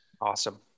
Awesome